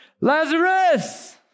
Lazarus